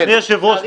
אדוני היושב-ראש,